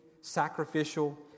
sacrificial